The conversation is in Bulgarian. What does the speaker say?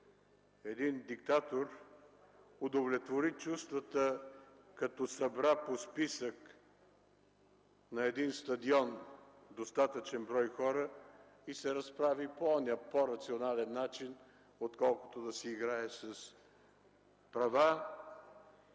един диктатор удовлетвори чувствата като събра по списък на един стадион достатъчен брой хора и се разправи по онзи по-рационален начинq отколкото да си играе с права,